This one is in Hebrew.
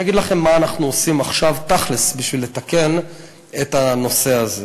אני אגיד לכם מה אנחנו עושים עכשיו תכל'ס בשביל לתקן את הנושא הזה: